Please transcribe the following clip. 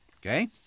Okay